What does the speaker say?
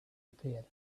appeared